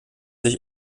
sich